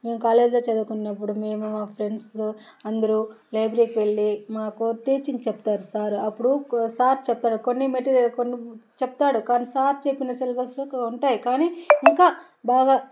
నేను కాలేజ్లో చదువుకున్నప్పుడు మేము మా ఫ్రెండ్స్ అందరు లైబ్రరీకి వెళ్ళి మాకు టీచింగ్ చెప్తారు సార్ అప్పుడు కొ సార్ చెప్తారు కొన్ని మెటీరియల్ కొన్ని చెప్తాడు కానీ సార్ చెప్పిన సిలబస్కు ఉంటాయి కానీ ఇంకా బాగా